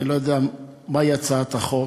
אני לא יודע מהי הצעת החוק,